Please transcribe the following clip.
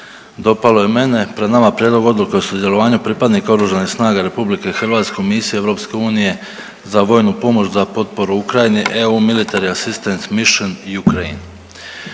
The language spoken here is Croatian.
dopalo je i mene. Pred nama je Prijedlog odluke o sudjelovanju pripadnika Oružanih snaga RH u misiji EU za vojnu pomoć za potporu Ukrajini EU military assistance mission - Ukraine.